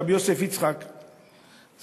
רבי יוסף יצחק זצ"ל,